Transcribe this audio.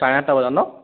চাৰে আঠটা বজাত ন